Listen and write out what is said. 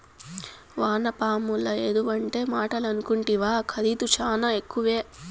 వానపాముల ఎరువంటే మాటలనుకుంటివా ఖరీదు శానా ఎక్కువే